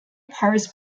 pars